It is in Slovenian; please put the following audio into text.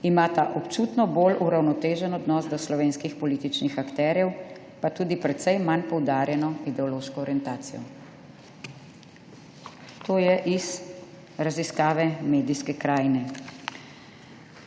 imata občutno bolj uravnotežen odnos do slovenskih političnih akterjev pa tudi precej manj poudarjeno ideološko orientacijo.« To je iz raziskave medijske krajine.